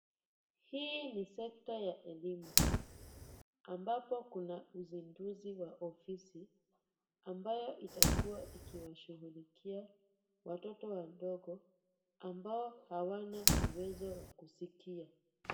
Hii ni sekta ya elimu, ambapo kuna uzinduzi wa ofisi ambayo itakuwa ikiwashughulikia watoto wadogo ambao hawana uwezo wa kusikia.